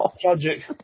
tragic